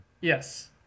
Yes